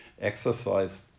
exercise